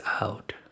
out